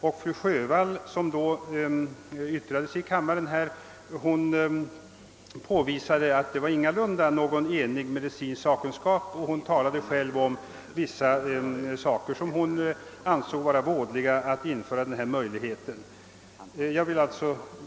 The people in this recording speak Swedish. Fru Sjövall, som då yttrade sig här i kammaren, påvisade att den medicinska sakkunskapen ingalunda var enig och pekade själv på vissa vådor, som hon ansåg kunna vara förknippade med ett införande av möjlighet till fluoridering av dricksvatten.